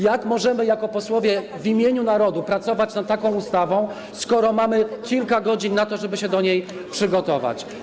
Jak możemy jako posłowie w imieniu narodu pracować nad taką ustawą, skoro mamy kilka godzin na to, żeby się do tego przygotować?